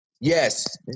Yes